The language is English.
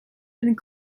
and